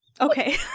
Okay